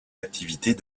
activités